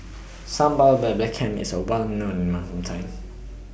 Sambal Belacan IS Well known in My Hometown